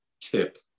tip